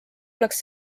oleks